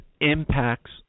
impacts